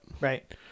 Right